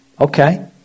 Okay